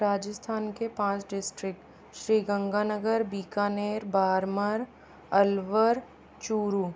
राजस्थान के पाँच district Sri Ganganagar Bikaner Barmer Alwar Churu